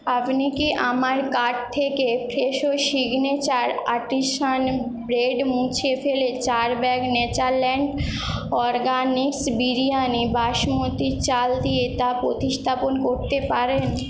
আপনি কি আমার কার্ট থেকে ফ্রেশো সিগনেচার আর্টিসান ব্রেড মুছে ফেলে চার bag Natureland Organics biryani basmati চাল দিয়ে তা প্রতিস্থাপন করতে পারেন